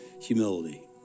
humility